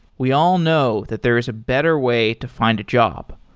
we all know that there is a better way to find a job.